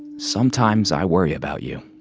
sometimes i worry about you